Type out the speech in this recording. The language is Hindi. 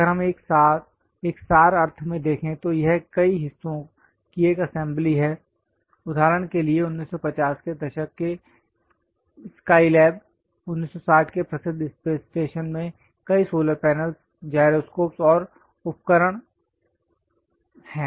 अगर हम एक सार अर्थ में देखें तो यह कई हिस्सों की एक असेंबली है उदाहरण के लिए 1950 के दशक के स्काईलैब 1960 के प्रसिद्ध स्पेस स्टेशन में कई सोलर पैनलस् जाइरोस्कोपस् और उपकरण हैं